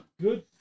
good